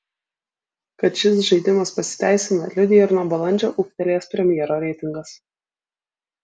kad šis žaidimas pasiteisina liudija ir nuo balandžio ūgtelėjęs premjero reitingas